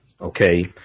Okay